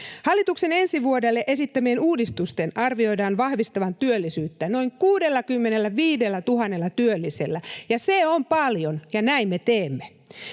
Hallituksen ensi vuodelle esittämien uudistusten arvioidaan vahvistavan työllisyyttä noin 65 000 työllisellä, ja se on paljon, ja näin me teemme.